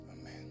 Amen